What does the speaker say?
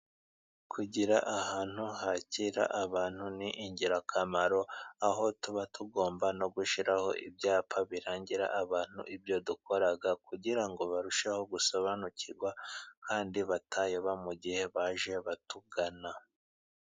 Kugira ahantu hakira abantu ni ingirakamaro, aho tuba tugomba no gushyiraho ibyapa birangira abantu ibyo dukora, kugira ngo barusheho gusobanukirwa kandi batayoba mu gihe baje batugana.